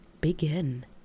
begin